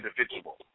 individual